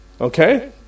Okay